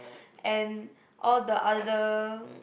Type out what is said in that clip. and all the other